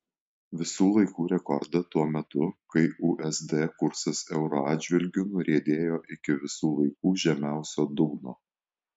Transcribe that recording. visų laikų rekordą tuo metu kai usd kursas euro atžvilgiu nuriedėjo iki visų laikų žemiausio dugno